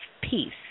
peace